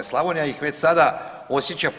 Slavonija ih već sad osjeća.